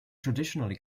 traditionally